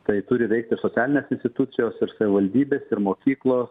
tai turi veikt ir socialinės institucijos ir savivaldybės ir mokyklos